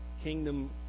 kingdom